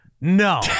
No